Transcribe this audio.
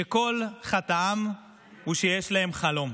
שכל חטאם הוא שיש להם חלום.